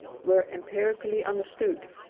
were empirically understood.